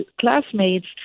classmates